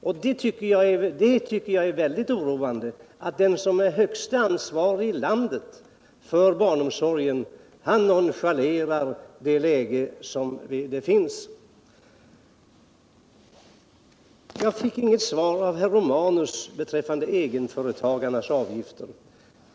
Jag tycker att det är mycket oroande att den som bär högsta ansvaret i landet för barnomsorgen nonchalerar det läge som befinnes föreligga. Jag fick inget svar av herr Romanus beträffande egenföretagarnas avgifter.